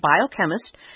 biochemist